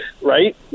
Right